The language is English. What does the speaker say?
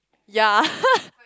ya